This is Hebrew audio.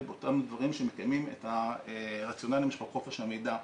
באותם דברים שמקיימים את הרציונלים של חופש המידע,